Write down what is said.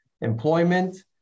Employment